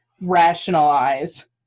rationalize